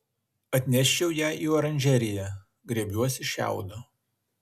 atneščiau ją į oranžeriją griebiuosi šiaudo